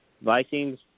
Vikings